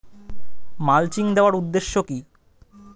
Mulching দেওয়ার উদ্দেশ্য কি?